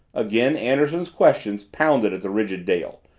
again anderson's questions pounded at the rigid dale,